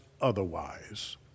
otherwise